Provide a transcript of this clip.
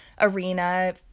arena